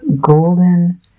golden